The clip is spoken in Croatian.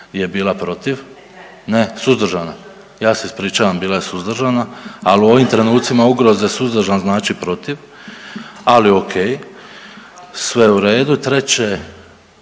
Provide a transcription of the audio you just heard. iz klupe: Suzdržana/…, ja se ispričavam bila je suzdržana, al u ovim trenucima ugroze suzdržan znači protiv, ali okej, sve u redu. Treće,